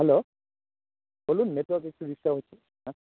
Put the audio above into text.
hello বলুন network একটু disturb হচ্ছে হ্যাঁ